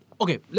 okay